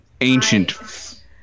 Ancient